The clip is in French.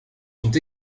sont